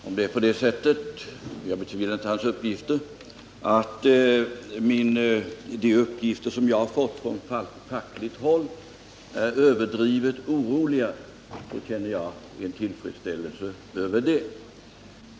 Om det är på det sättet — och jag betvivlar inte Hugo Bengtssons uppgifter — att de informationer som jag har fått från fackligt håll är överdrivet oroande, känner jag tillfredsställelse över det.